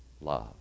love